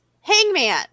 Hangman